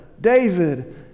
David